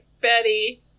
Betty